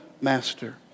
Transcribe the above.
master